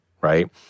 right